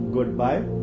Goodbye